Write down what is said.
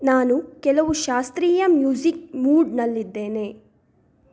ನಾನು ಕೆಲವು ಶಾಸ್ತ್ರೀಯ ಮ್ಯೂಸಿಕ್ ಮೂಡ್ನಲ್ಲಿದ್ದೇನೆ